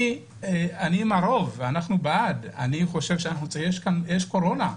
אני עם הרוב, אני בעד, יש קורונה.